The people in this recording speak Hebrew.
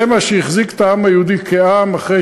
זה מה שהחזיק את העם היהודי כעם אחרי